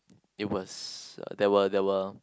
it was uh there were there were